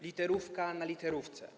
Literówka na literówce.